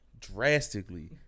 Drastically